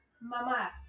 Mama